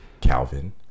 Calvin